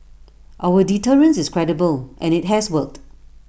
our deterrence is credible and IT has worked